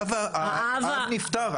האב נפטר.